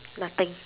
nothing